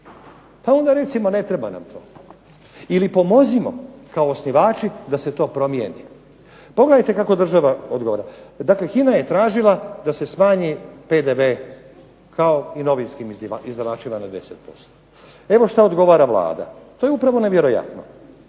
Pa onda recimo ne treba nam to ili pomozimo kao osnivači da se to promijeni. Pogledajte kako država odgovara. Dakle, HINA je tražila da se smanji PDV kao i novinskim izdavačima na 10%. Evo što odgovara Vlada, to je upravo nevjerojatno.